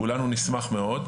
כולנו נשמח מאוד,